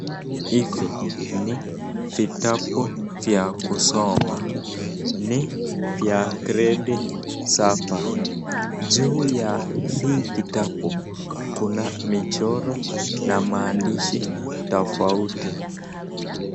Hizi ni vitabu vya kusoma ni vya Grade saba, juu ya hii kitabu kuna michoro na maandishi tofauti.